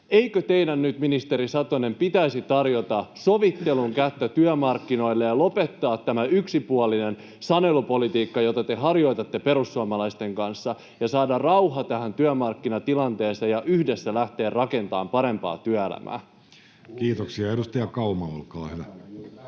Eikö teidän, ministeri Satonen, nyt pitäisi tarjota sovittelun kättä työmarkkinoille ja lopettaa tämä yksipuolinen sanelupolitiikka, jota te harjoitatte perussuomalaisten kanssa, ja saada rauha tähän työmarkkinatilanteeseen ja yhdessä lähteä rakentamaan parempaa työelämää? Kiitoksia. — Edustaja Kauma, olkaa hyvä.